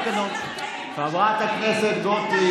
(מדברים על תאונות עבודה.) אבל את צריכה להבין,